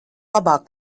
labāk